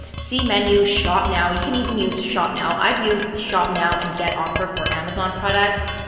see menu. shop now. you can even use shop now. i've used shop now and get offer for amazon products.